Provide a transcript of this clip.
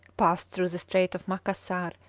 passed through the strait of macassar,